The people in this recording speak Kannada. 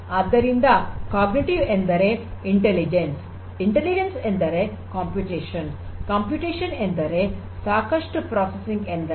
ಆದ್ದರಿಂದ ಅರಿವು ಎಂದರೆ ಬುದ್ದಿವಂತಿಕೆ ಬುದ್ದಿವಂತಿಕೆ ಎಂದರೆಕಂಪ್ಯೂಟೇಶನ್ ಕಂಪ್ಯೂಟೇಶನ್ ಎಂದರೆ ಸಾಕಷ್ಟು ಪ್ರೋಸಸಿಂಗ್ ಎಂದರ್ಥ